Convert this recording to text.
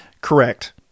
Correct